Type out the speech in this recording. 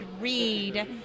read